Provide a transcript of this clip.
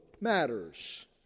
matters